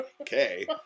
Okay